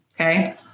Okay